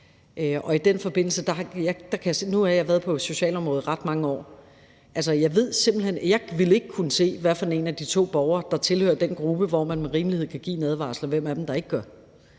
Nu har jeg været på socialområdet i ret mange år, men jeg ville ikke kunne se, hvad for en af de to borgere der tilhører den gruppe, som man med rimelighed kan give en advarsel, og hvem af dem der ikke gør.